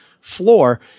floor